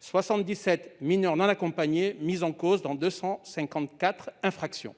77 MNA ont été mis en cause dans 254 infractions.